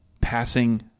passing